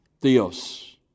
Theos